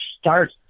start